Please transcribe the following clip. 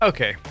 Okay